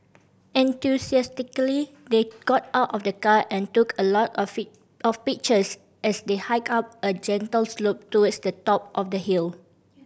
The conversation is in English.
enthusiastically they got out of the car and took a lot of of pictures as they hiked up a gentle slope towards the top of the hill